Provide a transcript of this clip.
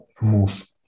move